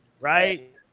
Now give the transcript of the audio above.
Right